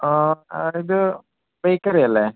അഹ് അ ഇത് ബേക്കറി അല്ലെ